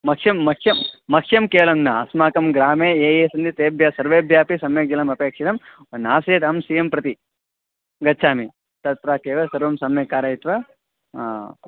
मह्यं मह्यं मह्यं केवलं न अस्माकं ग्रामे ये ये सन्ति तेभ्यः सर्वेभ्यः अपि सम्यक् जलम् अपेक्षितं नासीत् अहं सी यं प्रति गच्छामि तत्रै केवलं सर्वं सम्यक् कारयित्वा हा